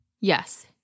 Yes